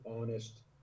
honest